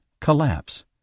collapse